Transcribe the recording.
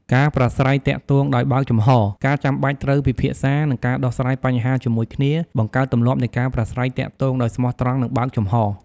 ការប្រាស្រ័យទាក់ទងដោយបើកចំហរ ការចាំបាច់ត្រូវពិភាក្សា និងដោះស្រាយបញ្ហាជាមួយគ្នា បង្កើតទម្លាប់នៃការប្រាស្រ័យទាក់ទងដោយស្មោះត្រង់ និងបើកចំហរ។